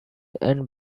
and